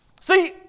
See